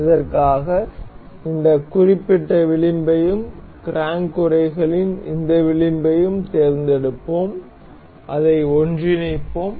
இதற்காக இந்த குறிப்பிட்ட விளிம்பையும் கிராங்க் உறைகளின் இந்த விளிம்பையும் தேர்ந்தெடுப்போம் அதை ஒன்றிணைப்போம்